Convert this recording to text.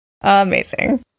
Amazing